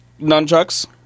nunchucks